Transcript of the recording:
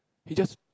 he just